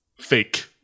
fake